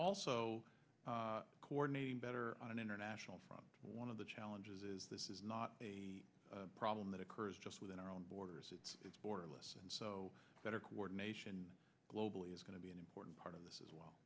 also coordinating better on an international front one of the challenges is this is not a problem that occurs just within our own borders it's borderless and so better coordination globally is going to be an important part of this as well